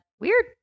weird